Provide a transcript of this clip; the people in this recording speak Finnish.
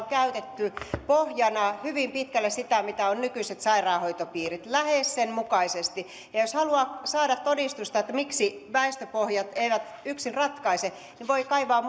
käytetty pohjana hyvin pitkälle sitä mitkä ovat nykyiset sairaanhoitopiirit on menty lähes sen mukaisesti jos haluaa saada todistusta miksi väestöpohjat eivät yksin ratkaise niin voi kaivaa